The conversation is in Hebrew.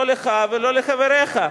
לא לך ולא לחבריך,